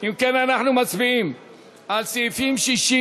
אם כן, אנחנו מצביעים על סעיפים 60